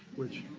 which